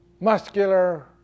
muscular